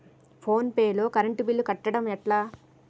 Phone pay లో current bill కట్టడం ఎట్లా?